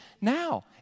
now